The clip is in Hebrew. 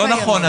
לא נכון.